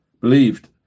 believed